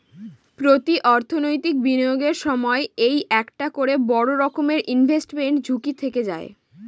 প্রতি অর্থনৈতিক বিনিয়োগের সময় এই একটা করে বড়ো রকমের ইনভেস্টমেন্ট ঝুঁকি থেকে যায়